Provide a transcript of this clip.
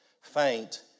Faint